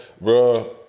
bro